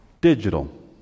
digital